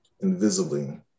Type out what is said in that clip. invisibly